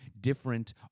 different